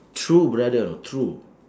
true brother know true